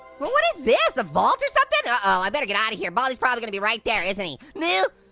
what what is this? a vault or something? ah oh! i better get out of here. baldi is probably going to be right there. isn't he? no,